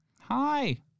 Hi